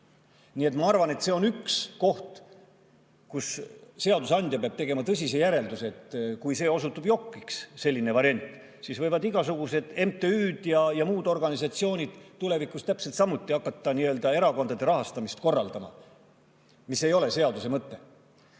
Nii et ma arvan, et see on üks koht, kus seadusandja peab tegema tõsise järelduse. Kui selline variant osutub jokiks, siis võivad igasugused MTÜ-d ja muud organisatsioonid tulevikus täpselt samuti hakata erakondade rahastamist korraldama, mis ei ole seaduse mõte.